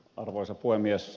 arvoisa puhemies